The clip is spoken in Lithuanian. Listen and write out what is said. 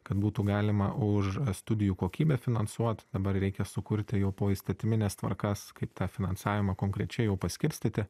kad būtų galima už studijų kokybę finansuot dabar reikia sukurti jau poįstatymines tvarkas kaip tą finansavimą konkrečiai jau paskirstyti